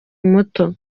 muto